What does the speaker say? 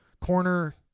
corner